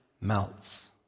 melts